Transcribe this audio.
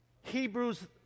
Hebrews